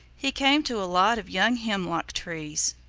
he came to a lot of young hemlock-trees.